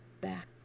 back